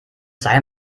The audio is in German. sei